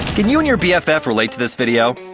can you and your bff relate to this video?